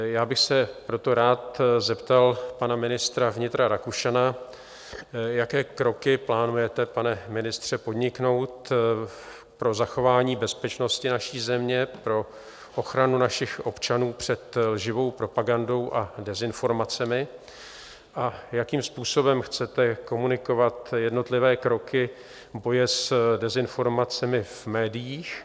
Já bych se proto rád zeptal pana ministra vnitra Rakušana, jaké kroky plánujete, pane ministře, podniknout pro zachování bezpečnosti naší země, pro ochranu našich občanů před živou propagandou a dezinformacemi a jakým způsobem chcete komunikovat jednotlivé kroky boje s dezinformace v médiích.